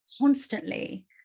constantly